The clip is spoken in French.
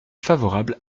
favorable